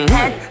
Head